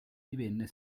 divenne